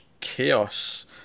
chaos